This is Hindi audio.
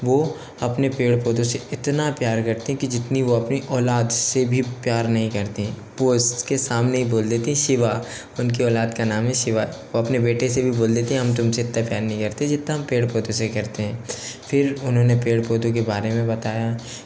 वो अपने पेड़ पौधो से इतना प्यार करते हैं कि जितनी वो अपनी औलाद से भी प्यार नहीं करते वो उस के सामने हि बोल देती हैं शिवा उनकी औलाद का नाम है शिवा वो अपने बेटे से भी बोल देते हम तुम से इतना प्यार नहीं करते जितना हम पड़े पौधों से करते हैं फिर उन्होंने पेड़ पौधों के बारे में बताया कि